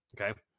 okay